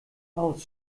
aus